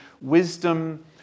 wisdom